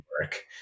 work